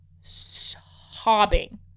sobbing